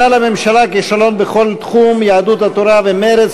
שנה לממשלה כישלון בכל תחום, יהדות התורה ומרצ.